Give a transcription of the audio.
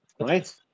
Right